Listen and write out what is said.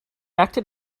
acted